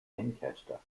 lancaster